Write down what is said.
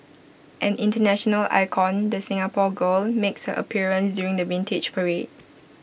an International icon the Singapore girl makes her appearance during the Vintage Parade